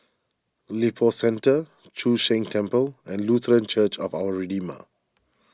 Lippo Centre Chu Sheng Temple and Lutheran Church of Our Redeemer